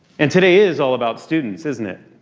and today is all about students, isn't it?